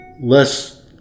less